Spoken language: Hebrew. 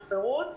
יש פירוט,